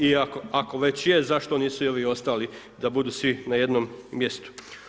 I ako već je, zašto nisu i svi ovi ostali da budu svi na jednom mjestu.